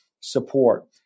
support